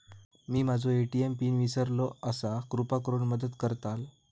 मी माझो ATM pin इसरलो आसा कृपा करुन मदत करताल